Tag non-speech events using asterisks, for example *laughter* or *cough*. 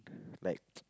like *noise*